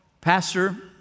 pastor